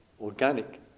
organic